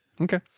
okay